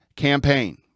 campaign